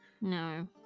No